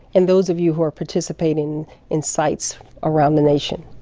and those of you who are participating in sites around the nation.